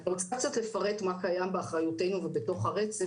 אני רק מסיימת בדבר,